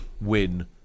win